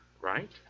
Right